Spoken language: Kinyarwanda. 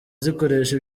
zikoresha